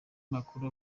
makuru